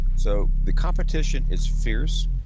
so, the competition is fierce,